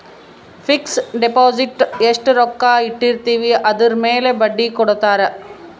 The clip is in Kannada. ಫಿಕ್ಸ್ ಡಿಪೊಸಿಟ್ ಎಸ್ಟ ರೊಕ್ಕ ಇಟ್ಟಿರ್ತಿವಿ ಅದುರ್ ಮೇಲೆ ಬಡ್ಡಿ ಕೊಡತಾರ